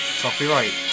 Copyright